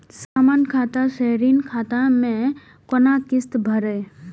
समान खाता से ऋण खाता मैं कोना किस्त भैर?